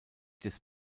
des